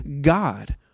God